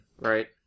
right